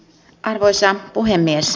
arvoisa puhemies